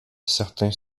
certains